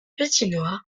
patinoire